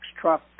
truck